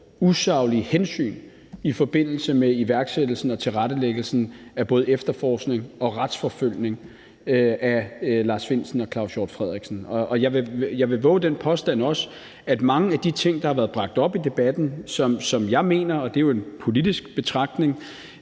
usaglige hensyn i forbindelse med iværksættelsen og tilrettelæggelsen af både efterforskning og retsforfølgning af Lars Findsen og Claus Hjort Frederiksen. Jeg vil også vove den påstand, at mange af de ting, der har været bragt op i debatten, som jeg mener, og det er jo en politisk betragtning,